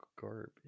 garbage